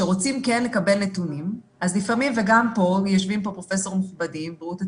כשכן רוצים לקבל נתונים יושבים פה פרופסורים מכובדים מבריאות הציבור,